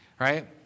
Right